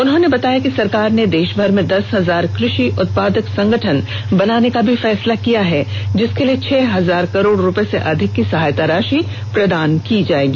उन्होंने बताया कि सरकार ने देश भर में दस हजार कृषि उत्पादक संगठन बनाने का भी फैसला किया है जिसके लिए छह हजार करोड़ रुपये से अधिक की सहायता राशि प्रदान की जाएगी